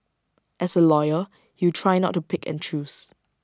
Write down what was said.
as A lawyer you try not to pick and choose